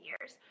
years